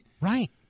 Right